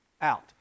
out